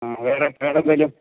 ആ വേറെ വേറെ എന്തെങ്കിലും